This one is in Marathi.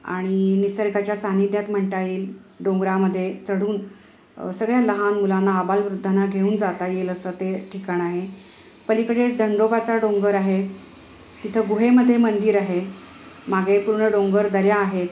आणि निसर्गाच्या सान्निध्यात म्हणता येईल डोंगरामध्ये चढून सगळ्या लहान मुलांना आबालवृद्धांना घेऊन जाता येईल असं ते ठिकाण आहे पलीकडे दंडोबाचा डोंगर आहे तिथं गुहेमध्ये मंदिर आहे मागे पूर्ण डोंगरदऱ्या आहेत